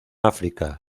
áfrica